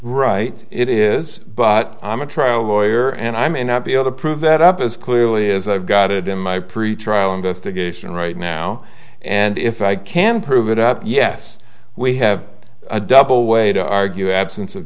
right it is but i'm a trial lawyer and i may not be able to prove that up as clearly as i've got it in my pretrial investigation right now and if i can prove it up yes we have a double way to argue